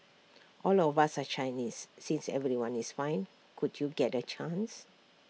all of us are Chinese since everyone is fine could you get A chance